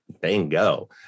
bingo